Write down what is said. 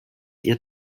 ihr